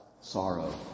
sorrow